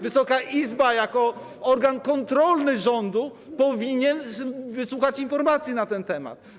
Wysoka Izba jako organ kontrolny rządu powinna wysłuchać informacji na ten temat.